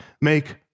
make